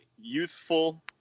youthful